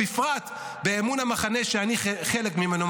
ובפרט באמון המחנה שאני חלק ממנו,